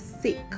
sick